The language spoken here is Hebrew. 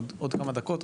עוד כמה דקות,